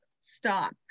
stop